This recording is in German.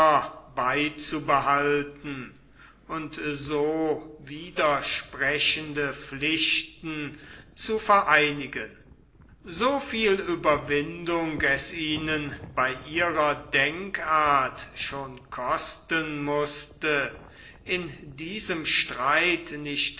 beizubehalten und so widersprechende pflichten zu vereinigen so viel ueberwindung es ihnen bei ihrer denkart schon kosten mußte in diesem streit nicht